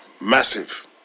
Massive